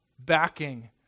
backing